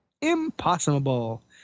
Impossible